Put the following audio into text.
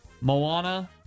Moana